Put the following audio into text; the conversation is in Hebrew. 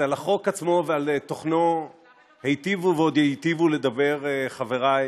על החוק עצמו ועל תוכנו היטיבו ועוד ייטיבו לדבר חבריי.